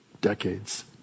decades